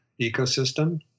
ecosystem